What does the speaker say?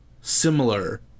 similar